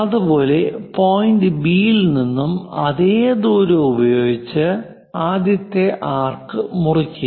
അതുപോലെ point B യിൽ നിന്നും അതേ ദൂരം ഉപയോഗിച്ച് ആദ്യത്തെ ആർക് മുറിക്കുക